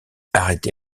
arrêté